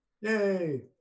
Yay